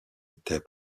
était